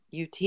UT